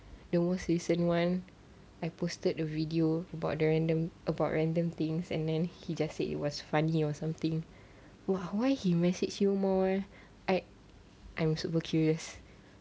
the most recent one I posted a video about the random about random things and then he just said it was funny or something !whoa! why he message you more eh I I'm super curious